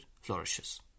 flourishes